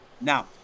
Now